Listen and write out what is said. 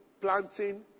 planting